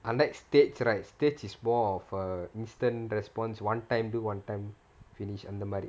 unlike stage right stage is more of a instant response one time do one time finish அந்த மாரி:antha maari